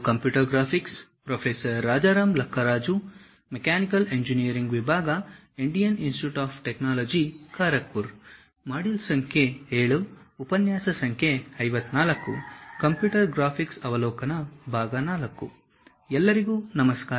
computer ಗ್ರಾಫಿಕ್ಸ್ನ ಅವಲೋಕನ IV ಎಲ್ಲರಿಗೂ ನಮಸ್ಕಾರ